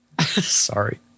sorry